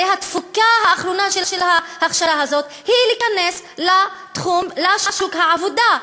הרי התפוקה האחרונה של ההכשרה הזאת היא להיכנס לשוק העבודה.